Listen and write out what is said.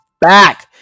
back